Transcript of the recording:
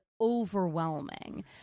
overwhelming